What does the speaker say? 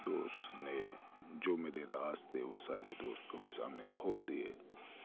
تو اس نے جو میرے راز تھے وہ سارے دوستوں کے سامنے کھول دیے